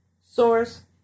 Source